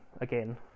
again